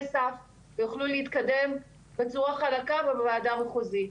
סף ויוכלו להתקדם בצורה חלקה ובוועדה המחוזית.